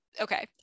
okay